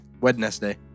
Wednesday